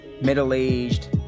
middle-aged